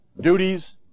duties